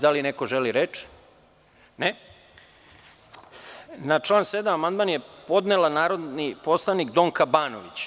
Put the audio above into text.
Da li neko želi reč? (Ne) Na član 7. amandman je podnela narodni poslanik Donka Banović.